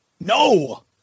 no